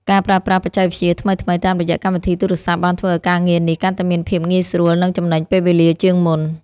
ការប្រើប្រាស់បច្ចេកវិទ្យាថ្មីៗតាមរយៈកម្មវិធីទូរសព្ទបានធ្វើឱ្យការងារនេះកាន់តែមានភាពងាយស្រួលនិងចំណេញពេលវេលាជាងមុន។